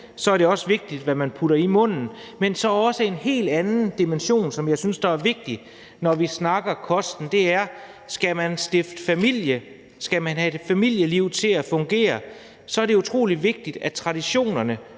er det vigtigt, hvad de putter i munden. Men så er der også en helt anden dimension, som jeg synes er vigtig, når vi snakker kost, og det er, at hvis man skal stifte familie og man skal have et familieliv til at fungere, er det utrolig vigtigt, at traditionerne